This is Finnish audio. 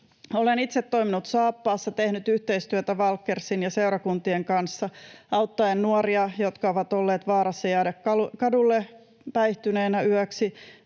Olen itse toiminut Saappaassa, tehnyt yhteistyötä Walkersin ja seurakuntien kanssa auttaen nuoria, jotka ovat olleet vaarassa jäädä kadulle päihtyneenä yöksi